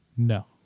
No